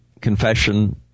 confession